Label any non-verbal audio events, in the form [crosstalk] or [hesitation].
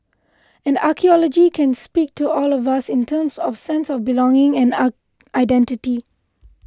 and archaeology can speak to all of us in terms of sense of belonging and [hesitation] identity